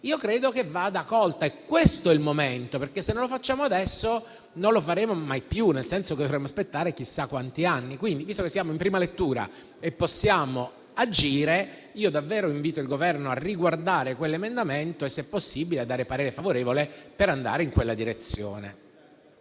Regioni vada colta. È questo il momento, perché se non lo facciamo adesso non lo faremo mai più, nel senso che dovremo aspettare chissà quanti anni. Quindi, visto che siamo in prima lettura e possiamo agire, invito davvero il Governo a riguardare l'emendamento e, se possibile, a esprimere parere favorevole per andare in quella direzione.